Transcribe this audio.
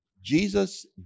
Jesus